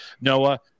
Noah